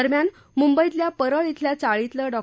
दरम्यान मुंबईतल्या परळ अल्या चाळीतलं डॉ